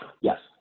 Yes